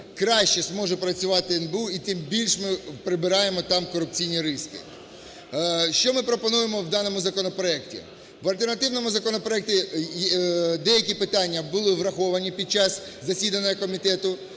краще зможе працювати НБУ, і тим більш ми прибираємо там корупційні ризики. Що ми пропонуємо в даному законопроекті? В альтернативному законопроекті деякі питання були враховані під час засідання комітету,